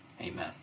Amen